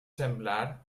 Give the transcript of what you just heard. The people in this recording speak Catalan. semblar